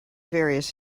various